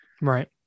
Right